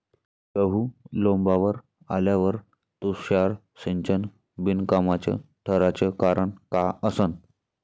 गहू लोम्बावर आल्यावर तुषार सिंचन बिनकामाचं ठराचं कारन का असन?